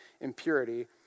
impurity